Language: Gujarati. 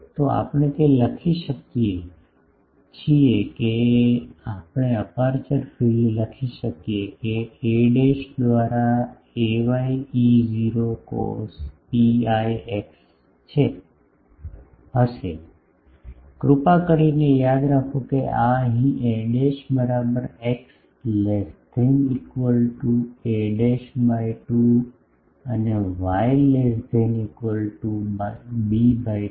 તો આપણે તે લખી શકીએ છીએ આપણે અપેરચ્યોર ફીલ્ડ લખી શકીએ છીએ કે a દ્વારા ay E0 cos pi x હશે કૃપા કરીને યાદ રાખો કે આ અહીં a બરાબર x less than equal to a by 2 અને y less than equal to b by 2